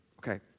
Okay